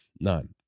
None